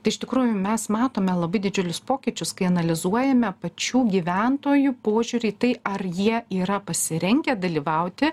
tai iš tikrųjų mes matome labai didžiulius pokyčius kai analizuojame pačių gyventojų požiūrį į tai ar jie yra pasirengę dalyvauti